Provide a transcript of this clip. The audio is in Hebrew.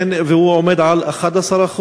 ועומד על 11%,